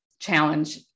challenge